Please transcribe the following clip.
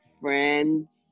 friends